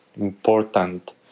important